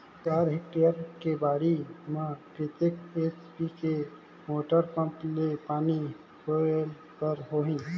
चार हेक्टेयर के बाड़ी म कतेक एच.पी के मोटर पम्म ले पानी पलोय बर होही?